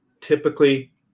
typically